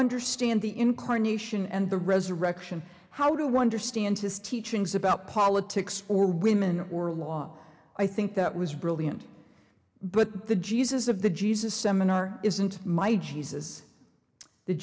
understand the incarnation and the resurrection how do we understand his teachings about politics or women or law i think that was brilliant but the jesus of the jesus seminar isn't my jesus th